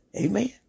Amen